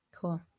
Cool